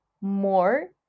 more